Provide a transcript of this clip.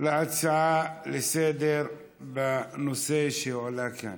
ההצעה לסדר-היום בנושא שהועלה כאן.